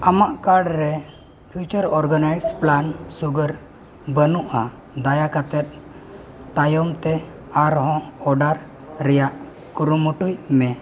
ᱟᱢᱟᱜ ᱠᱟᱨᱰ ᱨᱮ future organize plan ᱥᱩᱜᱟᱨ ᱵᱟᱹᱱᱩᱜᱼᱟ ᱫᱟᱭᱟ ᱠᱟᱛᱮᱫ ᱛᱟᱭᱚᱢ ᱛᱮ ᱟᱨᱦᱚᱸ ᱚᱨᱰᱟᱨ ᱨᱮᱭᱟᱜ ᱠᱩᱨᱩᱢᱩᱴᱩᱭ ᱢᱮ